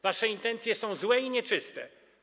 Wasze intencje są złe i nieczyste.